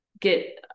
get